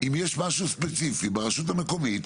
אם יש משהו ספציפי ברשות המקומית,